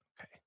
Okay